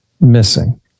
missing